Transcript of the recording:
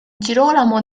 girolamo